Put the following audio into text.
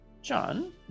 John